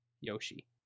Yoshi